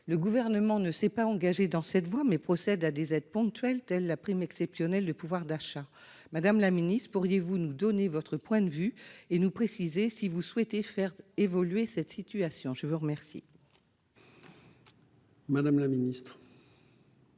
Le Gouvernement ne s'est pas engagé dans cette voie, mais procède à des aides ponctuelles, comme la prime exceptionnelle de pouvoir d'achat. Madame la ministre, pourriez-vous nous donner votre point de vue et nous préciser si vous souhaitez faire évoluer cette situation ? La parole est à Mme la ministre